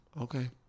Okay